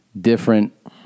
different